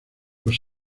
los